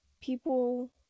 people